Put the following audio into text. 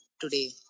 today